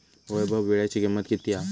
वैभव वीळ्याची किंमत किती हा?